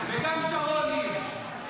וגם שרון ניר.